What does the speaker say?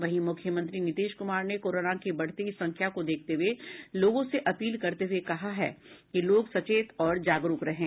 वहीं मुख्यमंत्री नीतीश कुमार ने कोरोना की बढ़ती संख्या को देखते हुए लोगों से अपील करते हुए कहा है कि लोग सचेत और जागरूक रहें